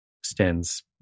extends